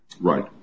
right